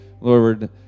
Lord